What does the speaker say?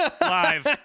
live